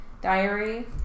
diary